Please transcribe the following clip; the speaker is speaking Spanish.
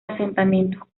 asentamientos